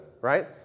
right